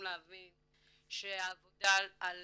בזמן שכולנו צריכים להבין שעבודה על